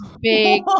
big